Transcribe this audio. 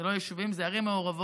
זה לא יישובים, זה ערים מעורבות,